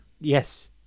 Yes